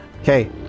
Okay